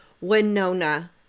Winona